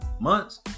months